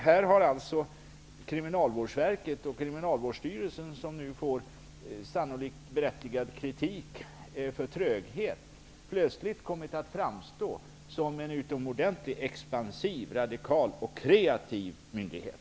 Här har alltså Kriminalvårdsstyrelsen, som nu sannolikt får berättigad kritik för tröghet, plötsligt kommit att framstå som en utomordentligt expansiv, radikal och kreativ myndighet.